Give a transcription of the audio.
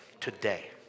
Today